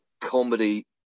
comedy